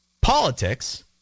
politics